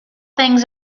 things